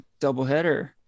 Doubleheader